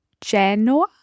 Genoa